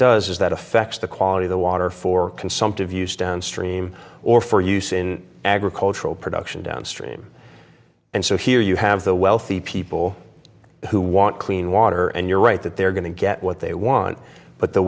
is that affects the quality of the water for consumptive use downstream or for use in agricultural production downstream and so here you have the wealthy people who want clean water and you're right that they're going to get what they want but the